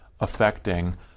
affecting